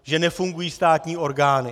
Že nefungují státní orgány.